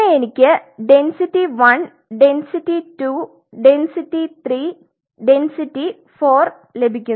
ഇങ്ങനെ എനിക്ക് density 1 density 2 density 3 density 4 ലഭിക്കുന്നു